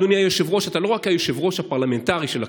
אדוני היושב-ראש: אתה לא רק היושב-ראש הפרלמנטרי של הכנסת,